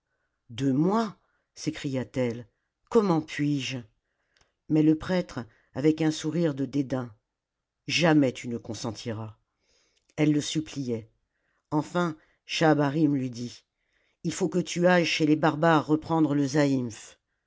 de moi s'écria-t-elle comment puis-je mais le prêtre avec un sourire de dédain jamais tu ne consentiras elle le suppliait enfin schahabarim lui dit ii faut que tu ailles chez les barbares reprendre le